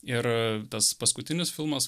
ir tas paskutinis filmas